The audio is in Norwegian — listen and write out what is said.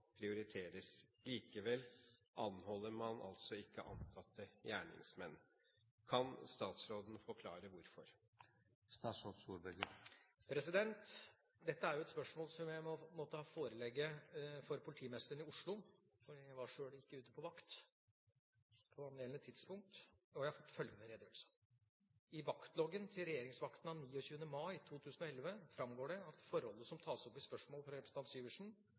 prioriteres. Likevel anholder man ikke antatte gjerningsmenn. Kan statsråden forklare hvorfor?» Dette er et spørsmål som jeg måtte forelegge for politimesteren i Oslo – for jeg var sjøl ikke ute på vakt på angjeldende tidspunkt – og jeg har fått følgende redegjørelse: I vaktloggen til regjeringsvaktene av 29. mai 2011 framgår det at forholdet som tas opp i spørsmålet fra representanten Syversen,